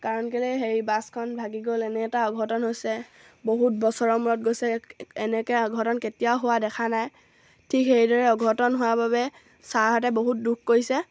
কাৰণ কেলৈ হেৰি বাছখন ভাগি গ'ল এনে এটা অঘটন হৈছে বহুত বছৰৰ মূৰত গৈছোঁ এনেকৈ অঘটন কেতিয়াও হোৱা দেখা নাই ঠিক সেইদৰে অঘটন হোৱাৰ বাবে ছাৰহঁতে বহুত দুখ কৰিছে